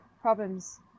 problems